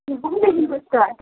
कि घुमदेखिको स्टार्ट